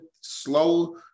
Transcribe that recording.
slow